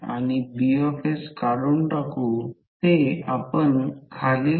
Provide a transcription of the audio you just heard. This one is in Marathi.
तर जर हे L1 पाहिले तर हा खरोखर मिन पाथ आहे